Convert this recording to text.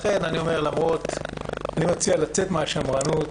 אני מציע לצאת מן השמרנות.